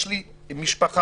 יש לי את